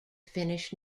finnish